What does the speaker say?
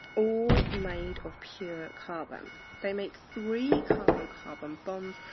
all made of pure carbon. they make three carbon carbon bonds,